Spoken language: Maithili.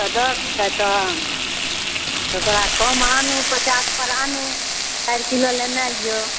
एक सओ दसके तऽ ओकरा कम आनू पचासपर आनू चारि किलो लेनाइए